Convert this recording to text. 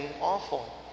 awful